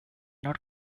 not